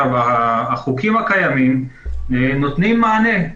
החוקים הקיימים נותנים מענה.